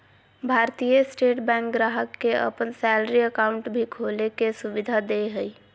भारतीय State Bank ग्राहक के अपन सैलरी अकाउंट भी खोले के सुविधा दे हइ